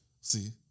See